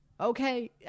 Okay